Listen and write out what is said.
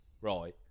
right